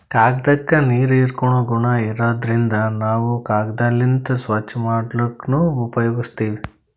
ಕಾಗ್ದಾಕ್ಕ ನೀರ್ ಹೀರ್ಕೋ ಗುಣಾ ಇರಾದ್ರಿನ್ದ ನಾವ್ ಕಾಗದ್ಲಿಂತ್ ಸ್ವಚ್ಚ್ ಮಾಡ್ಲಕ್ನು ಉಪಯೋಗಸ್ತೀವ್